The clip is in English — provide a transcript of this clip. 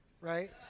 Right